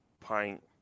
pint